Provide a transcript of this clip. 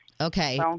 Okay